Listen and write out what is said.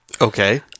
Okay